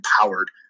empowered